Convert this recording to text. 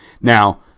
Now